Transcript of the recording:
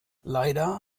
leider